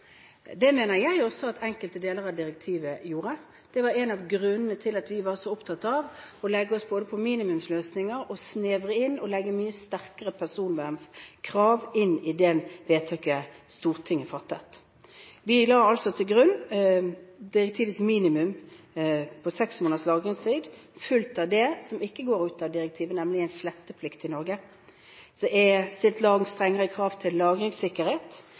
Det mener jeg også at enkelte deler av direktivet gjorde. Det var en av grunnene til at vi var så opptatt av både å legge oss på minimumsløsninger og å snevre inn og legge mye sterkere personvernkrav inn i det vedtaket Stortinget fattet. Vi la altså til grunn direktivets minimum på seks måneders lagringstid fulgt av det som ikke følger av direktivet, nemlig en sletteplikt i Norge. Så er det stilt langt strengere krav til lagringssikkerhet